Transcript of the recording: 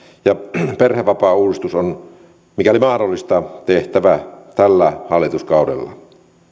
ja perhevapaauudistus on mikäli mahdollista tehtävä tällä hallituskaudella